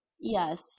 Yes